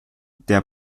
der